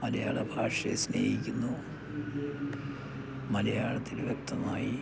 മലയാള ഭാഷയെ സ്നേഹിക്കുന്നു മലയാളത്തിൽ വ്യക്തമായി